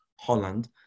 Holland